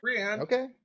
Okay